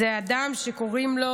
זה אדם שקוראים לו